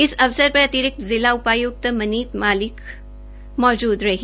इस अवसर पर अतिरिक्त जिला उपायुक्त मनीता मलिक मौजूद रही